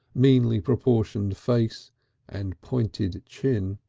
meanly proportioned face and pointed chin.